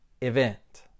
event